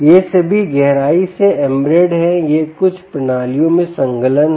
ये सभी गहराई से एम्बेडेड हैं ये कुछ प्रणालियों में संलग्न हैं